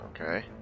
Okay